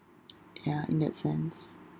ya in that sense